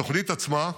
התוכנית עצמה,